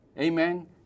Amen